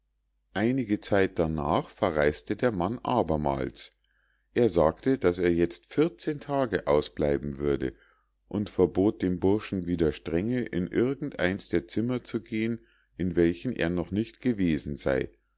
einige zeit darnach verreis'te der mann abermals er sagte daß er jetzt vierzehn tage ausbleiben würde und verbot dem burschen wieder strenge in irgend eins der zimmer zu gehen in welchen er noch nicht gewesen sei